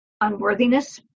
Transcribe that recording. unworthiness